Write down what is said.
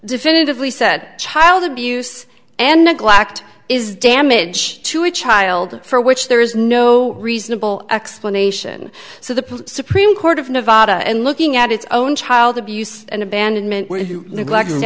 definitively said child abuse and neglect is damage to a child for which there is no reasonable explanation so the supreme court of nevada and looking at its own child abuse and abandonment neglect